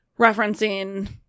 referencing